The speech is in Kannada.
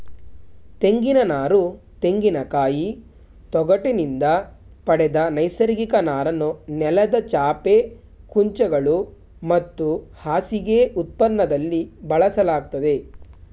ತೆಂಗಿನನಾರು ತೆಂಗಿನಕಾಯಿ ತೊಗಟಿನಿಂದ ಪಡೆದ ನೈಸರ್ಗಿಕ ನಾರನ್ನು ನೆಲದ ಚಾಪೆ ಕುಂಚಗಳು ಮತ್ತು ಹಾಸಿಗೆ ಉತ್ಪನ್ನದಲ್ಲಿ ಬಳಸಲಾಗ್ತದೆ